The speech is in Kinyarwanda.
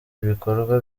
ibikorwa